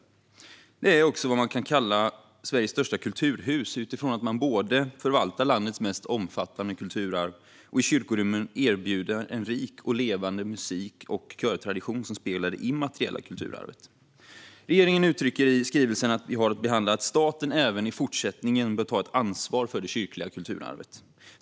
Kyrkan är också vad man kan kalla Sveriges största kulturhus eftersom man både förvaltar landets mest omfattande kulturarv och i kyrkorummen erbjuder en rik och levande musik och körtradition som speglar det immateriella kulturarvet. Regeringen uttrycker i skrivelsen vi har att behandla att staten även i fortsättningen bör ta ett ansvar för det kyrkliga kulturarvet.